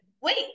wait